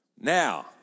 Now